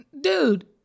Dude